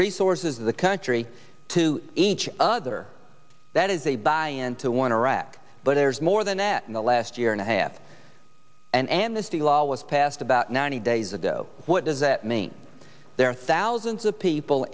resources of the country to each other that is a by and to war in iraq but there's more than that in the last year and a half an amnesty law was passed about ninety days ago what does that mean there are thousands of people